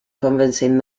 convincing